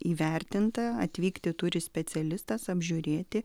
įvertinta atvykti turi specialistas apžiūrėti